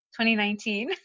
2019